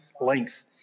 length